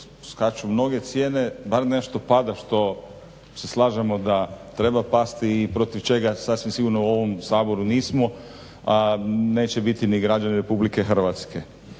skaču nove cijene bar nešto pada što se slažemo da treba pasti i protiv čega sasvim sigurno u ovom Saboru nismo a neće biti ni građani RH naročito kada se